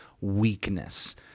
weakness